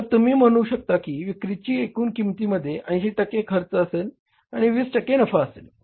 तर तुम्ही म्हणू शकता की विक्रीच्या एकूण किंमतीमध्ये 80 टक्के खर्च असेल आणि 20 टक्के नफा असेल